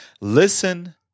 listen